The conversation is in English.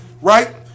Right